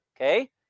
Okay